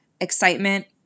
excitement